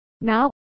Now